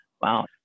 wow